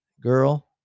girl